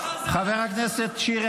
מחר זה --- חבר הכנסת שירי,